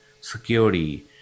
security